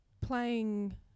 playing